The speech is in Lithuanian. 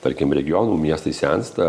tarkim regionų miestai sensta